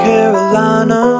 Carolina